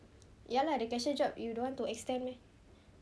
ya lah the cashier job you don't want to extend meh